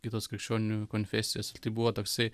kitos krikščionių konfesijos tai buvo toksai